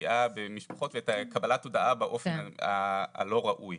הפגיעה במשפחות ואת קבלת ההודעה באופן הלא ראוי,